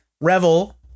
Revel